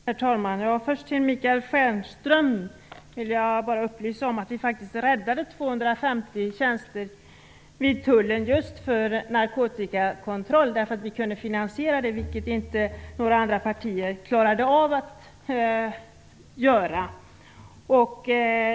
Herr talman! Först vill jag bara upplysa Michael Stjernström om att vi faktiskt räddade 250 tjänster vid tullen just för narkotikakontroll. Vi kunde finansiera det, vilket inga andra partier klarade av att göra.